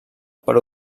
per